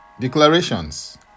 declarations